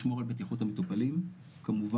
לשמור על בטיחות המטופלים כמובן.